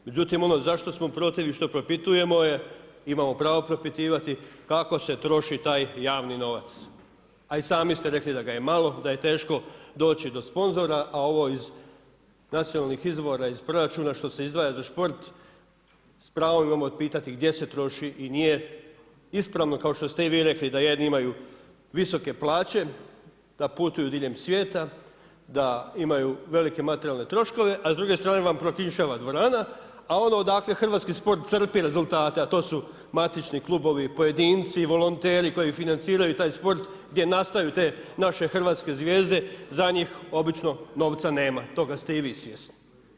Međutim, ono zašto smo protiv i što propitujemo je, imamo pravo propitivati, kako se troši taj javni novac a i sami ste rekli da ga je malo, da je teško doći do sponzora a ovo iz nacionalnih izvora, iz proračuna što se izdvaja za sport, s pravom imamo pitati gdje se troši i nije ispravno kao što ste i vi rekli da jedni imaju visoke plaće, da putuju diljem svijeta, da imaju velike materijalne troškove a s druge strane vam prokišnjava dvorana, a ono odakle hrvatski sport crpi rezultate, a to su matični klubovi, pojedinci, volonteri koji financiraju taj sport gdje nastaju te naše hrvatske zvijezde, za njih obično novca nema, toga ste i vi svjesni.